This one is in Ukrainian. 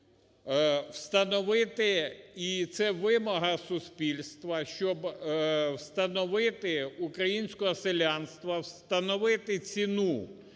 встановити, і це вимога суспільства, щоб встановити, українського селянства, встановити ціну